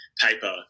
paper